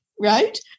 right